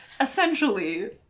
essentially